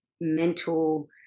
mental